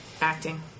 Acting